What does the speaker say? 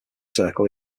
circle